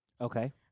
Okay